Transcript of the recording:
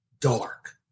dark